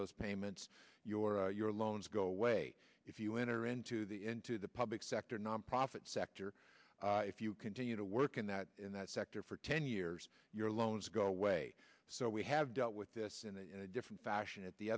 those payments your your loans go away if you enter into the into the public sector nonprofit sector if you continue to work in that in that sector for ten years your loans go away so we have dealt with this in a different fashion at the